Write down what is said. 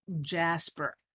jasper